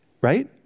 right